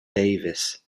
davis